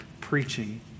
preaching